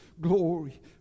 glory